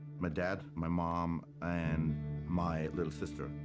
my dad, my mom and my little sister,